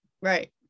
Right